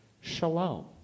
shalom